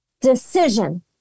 decision